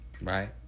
right